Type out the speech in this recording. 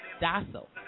docile